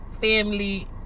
family